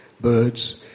birds